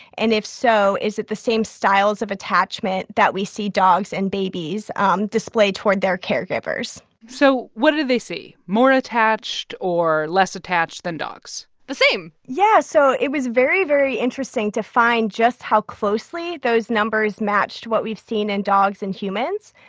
and if so, is it the same styles of attachment that we see dogs and babies um display toward their caregivers? so what do they see? more attached or less attached than dogs? the same yeah. so it was very, very interesting to find just how closely those numbers matched what we've seen in dogs and humans.